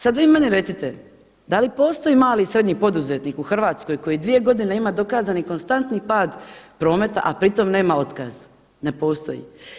Sad vi meni recite, da li postoji mali i srednji poduzetnik u Hrvatskoj koji dvije godine ima dokazani konstantni pad prometa, a pritom nema otkaz, ne postoji.